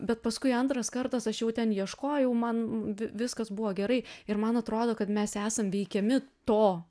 bet paskui antras kartas aš jau ten ieškojau man vi viskas buvo gerai ir man atrodo kad mes esam veikiami to